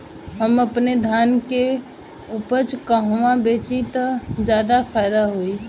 हम अपने धान के उपज कहवा बेंचि त ज्यादा फैदा होई?